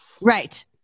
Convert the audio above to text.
Right